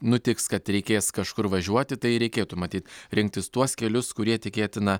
nutiks kad reikės kažkur važiuoti tai reikėtų matyt rinktis tuos kelius kurie tikėtina